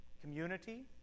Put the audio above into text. community